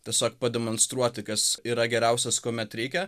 tiesiog pademonstruoti kas yra geriausias kuomet reikia